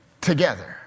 together